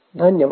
धन्यवाद